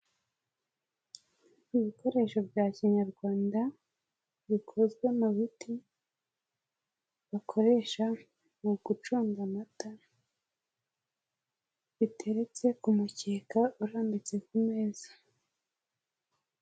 Ibikoresho bya Kinyarwanda bikozwe mu biti bakoresha mu gucunda, amata biteretse ku mukeka urambitse ku meza.